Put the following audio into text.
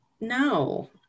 no